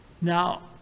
Now